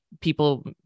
people